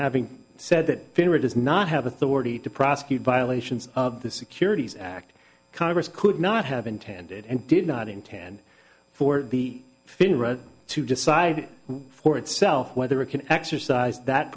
having said that period does not have authority to prosecute violations of the securities act congress could not have intended and did not intend for the finra to decide for itself whether it can exercise that